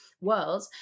world